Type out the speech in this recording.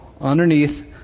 underneath